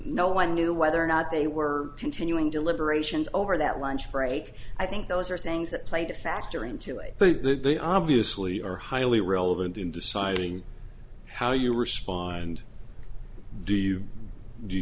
no one knew whether or not they were continuing deliberations over that lunch break i think those are things that played a factor into it they did they obviously are highly relevant in deciding how you respond do you do you